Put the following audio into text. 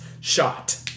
shot